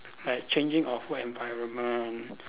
like changing of work environment